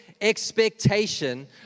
expectation